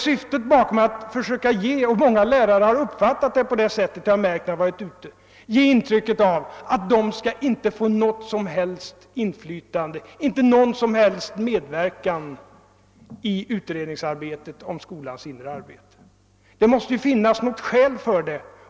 Varför vill man försöka ge det intrycket att lärarna inte skall ha något som helst inflytande och inte få medverka på något som helst sätt i utredningen om skolans inre arbete? Många lärare har uppfattat saken så, det har jag märkt när jag har varit ute på fältet. Det måste ju finnas något skäl för detta.